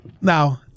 Now